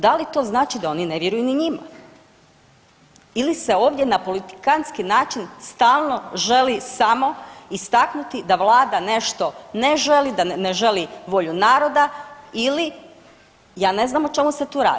Da li to znači da oni ne vjeruju ni njima ili se ovdje na politikantski način stalno želi samo istaknuti da vlada nešto ne želi, da ne želi volju naroda ili ja ne znam o čemu se tu radi?